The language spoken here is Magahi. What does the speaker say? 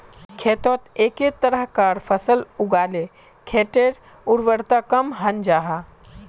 खेतोत एके तरह्कार फसल लगाले खेटर उर्वरता कम हन जाहा